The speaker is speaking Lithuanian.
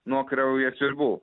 nuo kraujasiurbių